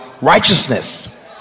righteousness